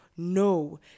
no